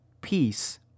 peace